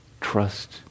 trust